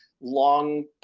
long